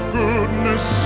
goodness